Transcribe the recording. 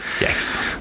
yes